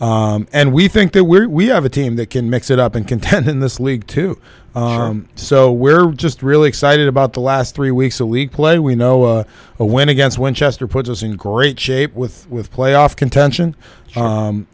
contend and we think that we're we have a team that can mix it up and content in this league too so we're just really excited about the last three weeks the league play we know a win against winchester puts us in great shape with with playoff contention